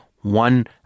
One